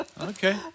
Okay